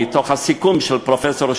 מתוך הסיכום של פרופסור שטיינברג,